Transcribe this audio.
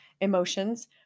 emotions